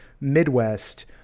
Midwest